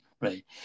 right